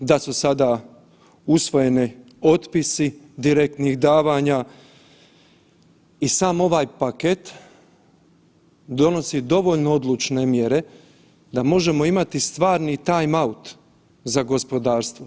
Da su sada usvojene otpisi direktnih davanja i sam ovaj paket donosi dovoljno odlučne mjere da možemo imati stvarni time-out za gospodarstvo.